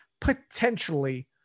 potentially